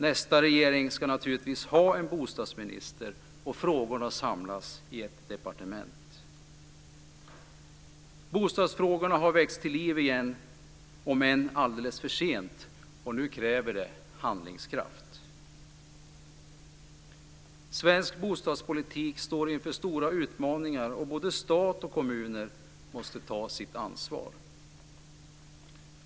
Nästa regering ska naturligtvis ha en bostadsminister, och frågorna ska samlas i ett departement. Bostadsfrågorna har väckts till liv igen om än alldeles för sent. Nu kräver de handlingskraft. Svensk bostadspolitik står inför stora utmaningar, och både stat och kommuner måste ta sitt ansvar.